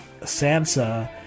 Sansa